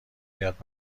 بیاد